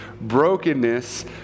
brokenness